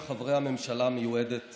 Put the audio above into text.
בשם חברי הממשלה המיועדת